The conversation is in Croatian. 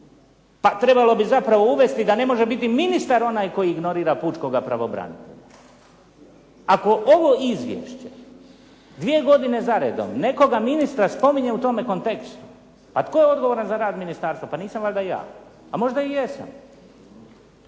Pa trebalo bi zapravo uvesti da ne može biti ministar onaj koji ignorira pučkoga pravobranitelja. Ako ovo izvješće dvije godine zaredom nekoga ministra spominje u tome kontekstu, pa tko je odgovoran za rad ministarstva, pa nisam valjda ja? A možda i jesam.